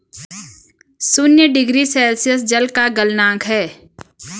शून्य degree Celsius जल का गलनांक है